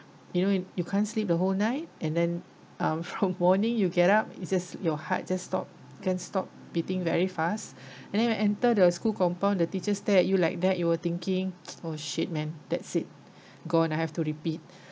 you know you can't sleep the whole night and then um from morning you get up it's just your heart just stop can't stop beating very fast and then you enter the school compound the teachers stare at you like that you were thinking oh shit man that's it gone I have to repeat